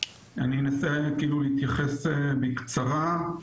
אתייחס בקצרה: